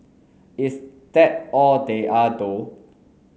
is that all they are though